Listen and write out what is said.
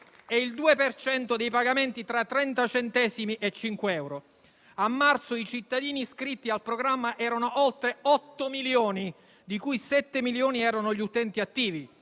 per cento dei pagamenti tra 30 centesimi e 5 euro. A marzo i cittadini iscritti al programma erano oltre 8 milioni, 7 milioni dei quali erano utenti attivi,